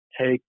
take